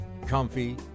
comfy